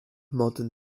modern